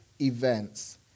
events